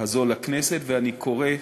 הזו לכנסת, ואני קורא,